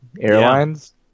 Airlines